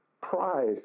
pride